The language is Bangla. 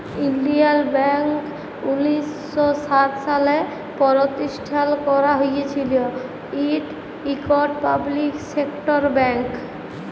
ইলডিয়াল ব্যাংক উনিশ শ সাত সালে পরতিষ্ঠাল ক্যারা হঁইয়েছিল, ইট ইকট পাবলিক সেক্টর ব্যাংক